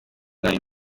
umwana